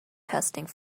testing